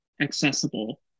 accessible